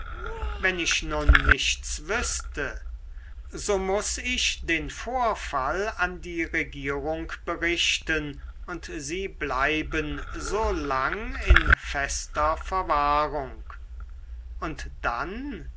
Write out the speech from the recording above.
wenn ich nun nichts wüßte so muß ich den vorfall an die regierung berichten und sie bleiben so lang in fester verwahrung und dann